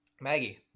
Maggie